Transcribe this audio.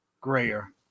grayer